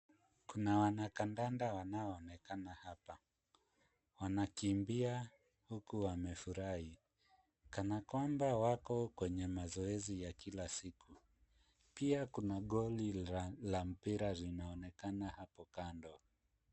Kuna wanakandanda wanaoonekana hapa. Wanakimbia huku wamefurahi, kana kwamba wako kwenye mazoezi ya kila siku. Pia kuna goli la mpira linaonekana hapo kando.